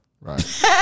right